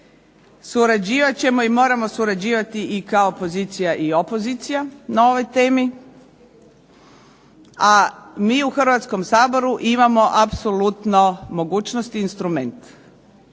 surađivat ćemo i moramo surađivati i kao pozicija i opozicija na ovoj temi, a mi u Hrvatskom saboru imamo apsolutno mogućnosti i instrument,